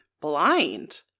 blind